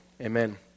amen